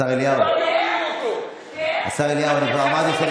השר אליהו, השר אליהו, אני כבר אמרתי שאני